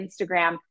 Instagram